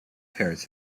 parrots